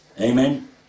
Amen